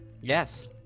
Yes